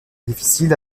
difficile